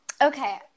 Okay